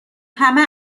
همه